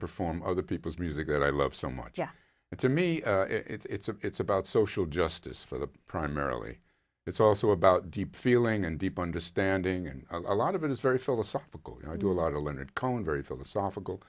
perform other people's music that i love so much of it to me it's a it's about social justice for the primarily it's also about deep feeling and deep understanding and a lot of it is very philosophical and i do a lot of leonard cohen very philosophical